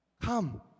Come